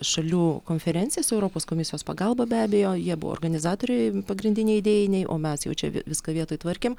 šalių konferencijas europos komisijos pagalba be abejo jie buvo organizatoriai pagrindiniai idėjiniai o mes jau čia vi viską vietoj tvarkėm